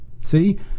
See